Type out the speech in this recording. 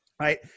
right